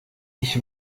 ich